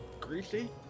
Greasy